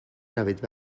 روید